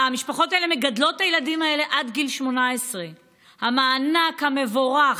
המשפחות האלה מגדלות את הילדים האלה עד גיל 18. המענק המבורך,